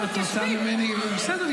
בסדר,